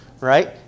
right